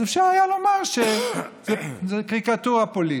אז אפשר היה לומר שזאת קריקטורה פוליטית,